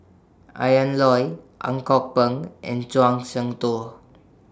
Ian Loy Ang Kok Peng and Zhuang Shengtao